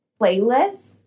playlist